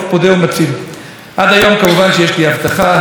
אני רוצה להודות קודם כול להרבה מאוד אנשים שהתקשרו אליי,